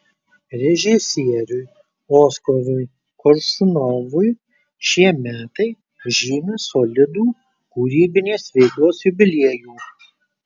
režisieriui oskarui koršunovui šie metai žymi solidų kūrybinės veiklos jubiliejų